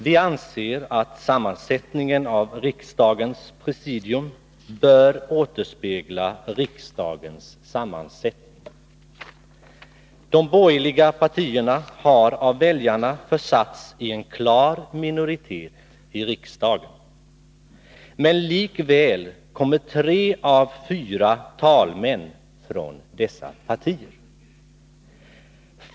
Vi anser att sammansättningen av riksdagens presidium bör återspegla riksdagens sammansättning. De borgerliga partierna har av väljarna försatts i en klar minoritet i riksdagen, men likväl kommer tre av fyra talmän från dessa partier.